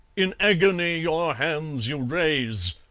in agony your hands you raise.